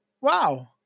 wow